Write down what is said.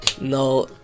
no